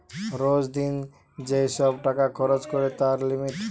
রোজ দিন যেই সব টাকা খরচ করে তার লিমিট